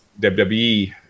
WWE